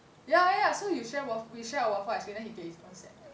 ya ya so you share we share a waffle ice cream then he get his own set